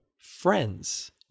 Friends